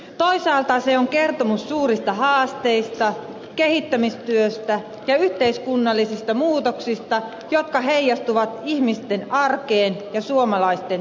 toisaalta se on kertomus suurista haasteista kehittämistyöstä ja yhteiskunnallisista muutoksista jotka heijastuvat ihmisten arkeen ja suomalaisten tulevaisuuteen